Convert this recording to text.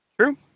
True